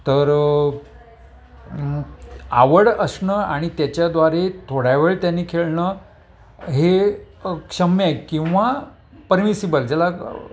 तर आवड असणं आणि त्याच्याद्वारे थोड्या वेळ त्याने खेळणं हे क्षम्य किंवा परमिसिबल ज्याला